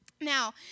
now